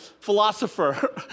philosopher